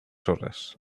horas